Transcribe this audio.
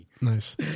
nice